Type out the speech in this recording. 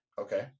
Okay